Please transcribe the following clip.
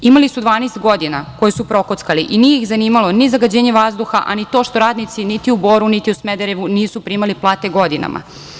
Imali su 12 godina, koje su prokockali i nije ih zanimalo ni zagađenje vazduha a ni to što radnici niti u Boru, niti u Smederevu, nisu primali plate godinama.